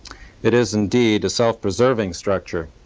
it is indeed a self-preserving structure,